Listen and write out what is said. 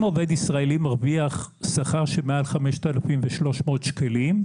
אם עובד ישראלי מרוויח שכר מעל 5,300 שקלים,